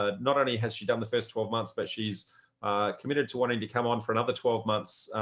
ah not only has she done the first twelve months, but she's committed to wanting to come on for another twelve months,